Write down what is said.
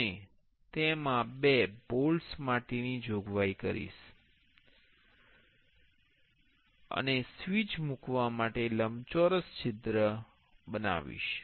અને તેમાં બે બોલ્ટ્સ માટેની જોગવાઈ હશે અને સ્વીચ મૂકવા માટે લંબચોરસ છિદ્ર હશે